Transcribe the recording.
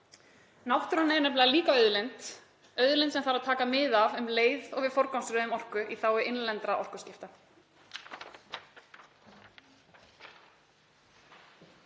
Náttúran er nefnilega líka auðlind, auðlind sem þarf að taka mið af um leið og við forgangsröðum orku í þágu innlendra orkuskipta.